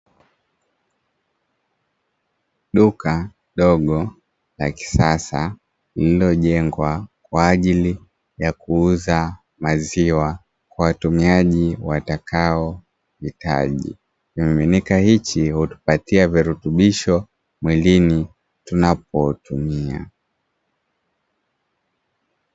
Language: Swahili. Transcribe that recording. Duka dogo la kisasa lililojengwa kwa ajili ya kuuza maziwa kwa watumiaji watakaohitaji. Kimiminika hichi hutupatia virutubisho mwilini, unapotumia.